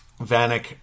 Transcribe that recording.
Vanek